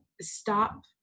stop